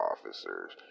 officers